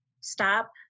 stop